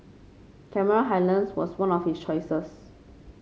Cameron Highlands was one of his choices